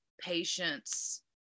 Patience